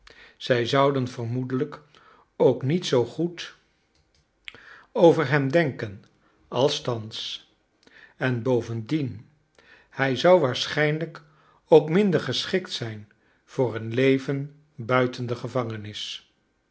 zij zouden vermoedelijk ook niet zoo goed over hem denken als thans en bovendien hij zou waarschijnlijk ook minder geschikt zijn voor een leven buiten de gevangenis